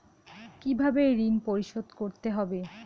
কিভাবে ঋণ পরিশোধ করতে হবে?